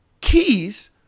keys